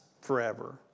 forever